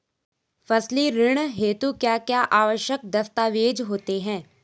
फसली ऋण हेतु क्या क्या आवश्यक दस्तावेज़ होते हैं?